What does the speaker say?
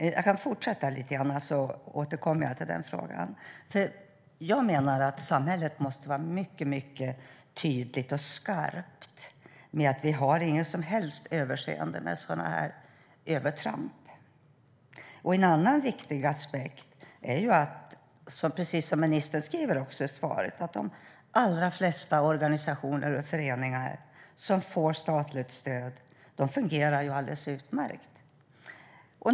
Jag ska fortsätta lite grann, så återkommer jag till den frågan. Jag menar att samhället måste vara mycket tydligt och skarpt när det gäller att vi inte har något som helst överseende med sådana övertramp. En annan viktig aspekt är, precis som ministern säger i svaret, att de allra flesta organisationer och föreningar som får statligt stöd fungerar alldeles utmärkt.